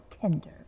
tender